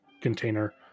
container